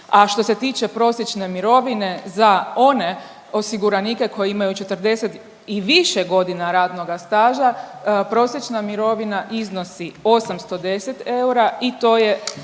A što se tiče prosječne mirovine za one osiguranike koji imaju 40 i više godina radnoga staža prosječna mirovina iznosi 819 eura i to je